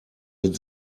mit